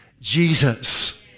Jesus